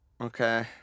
Okay